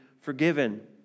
forgiven